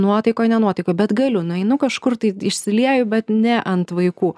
nuotaikoj nenuotaikoj bet galiu nueinu kažkur tai išsilieju bet ne ant vaikų